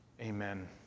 Amen